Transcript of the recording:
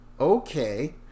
okay